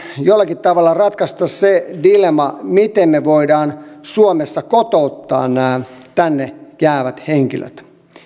jollakin tavalla ratkaista se dilemma miten me voimme suomessa kotouttaa nämä tänne jäävät henkilöt